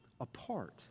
apart